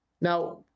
Now